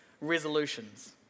resolutions